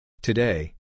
Today